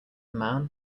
man